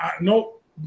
nope